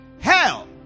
Hell